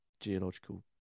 geological